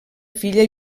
filla